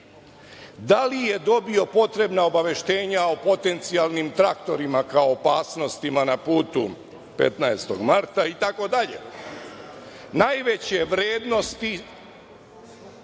Da li je dobio potrebna obaveštenja o potencijalnim traktorima kao opasnostima na putu 15.marta, itd? Najveće vrednosti